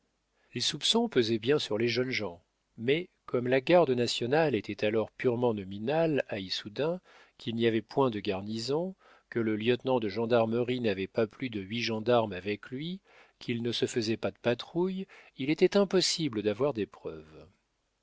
les soupçons pesaient bien sur les jeunes gens mais comme la garde nationale était alors purement nominale à issoudun qu'il n'y avait point de garnison que le lieutenant de gendarmerie n'avait pas plus de huit gendarmes avec lui qu'il ne se faisait pas de patrouilles il était impossible d'avoir des preuves